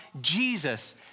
Jesus